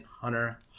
hunter